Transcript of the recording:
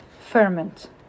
Ferment